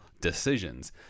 decisions